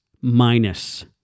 minus